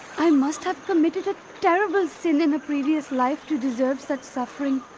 i must have committed a terrible sin in a previous life to deserve such suffering.